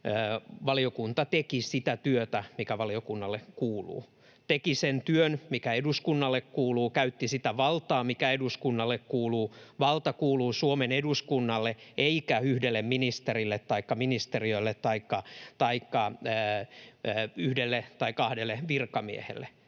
valiokunta teki sitä työtä, mikä valiokunnalle kuuluu, teki sen työn, mikä eduskunnalle kuuluu, käytti sitä valtaa, mikä eduskunnalle kuuluu. Valta kuuluu Suomen eduskunnalle eikä yhdelle ministerille tai ministeriölle taikka yhdelle tai kahdelle virkamiehelle.